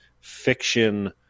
fiction